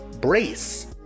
Brace